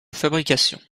fabrication